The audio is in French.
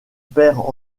père